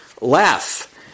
laugh